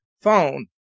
phone